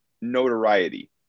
notoriety